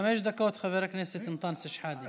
חמש דקות, חבר הכנסת אנטאנס שחאדה.